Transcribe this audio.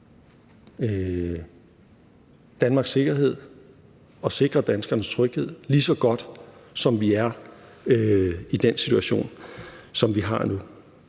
Danmarks sikkerhed og sikre danskernes tryghed lige så godt, som vi er i den situation, som vi har nu.